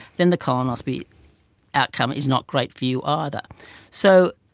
then the colonoscopy outcome is not great for you either. so